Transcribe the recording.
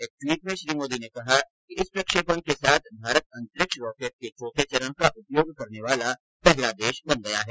एक ट्वीट में श्री मोदी ने कहा कि इस प्रक्षेपण के साथ भारत अंतरिक्ष रॉकेट के चौथे चरण का उपयोग करने वाला पहला देश बन गया है